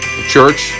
Church